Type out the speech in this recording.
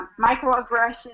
microaggressions